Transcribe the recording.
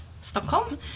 Stockholm